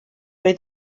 oedd